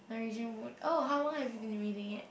the raging wood oh how long have you been reading it